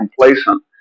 complacent